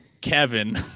kevin